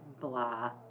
blah